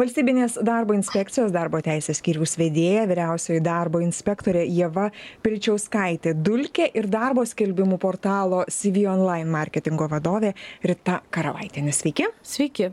valstybinės darbo inspekcijos darbo teisės skyriaus vedėja vyriausioji darbo inspektorė ieva vilčiauskaitė dulke ir darbo skelbimų portalo cv online marketingo vadovė rita karavaitienė sveiki